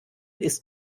ist